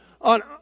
on